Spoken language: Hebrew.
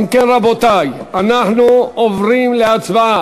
אם כן, רבותי, אנחנו עוברים להצבעה.